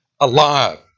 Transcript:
alive